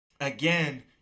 again